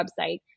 website